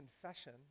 confession